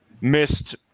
missed